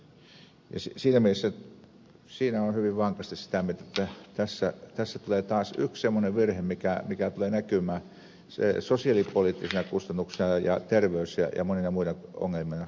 siinä mielessä olen hyvin vankasti sitä mieltä jotta tässä tulee taas yksi semmoinen virhe mikä tulee näkymään sosiaalipoliittisina kustannuksina ja terveys ja monina muina ongelmina yhteiskunnassa